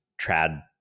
trad